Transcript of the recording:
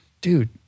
dude